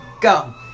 Go